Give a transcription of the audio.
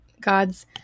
God's